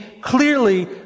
clearly